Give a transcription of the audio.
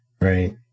Right